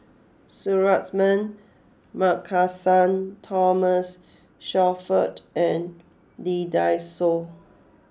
Suratman Markasan Thomas Shelford and Lee Dai Soh